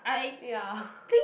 ya